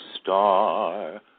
star